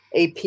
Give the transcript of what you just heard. AP